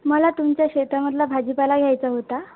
मला तुमच्या शेतामधला भाजीपाला घ्यायचा होता